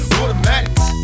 automatics